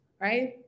Right